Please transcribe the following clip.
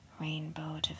Rainbow